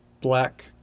black